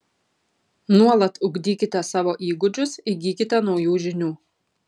nuolat ugdykite savo įgūdžius įgykite naujų žinių